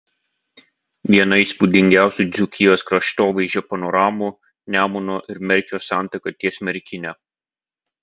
viena įspūdingiausių dzūkijos kraštovaizdžio panoramų nemuno ir merkio santaka ties merkine